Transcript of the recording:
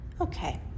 Okay